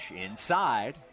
inside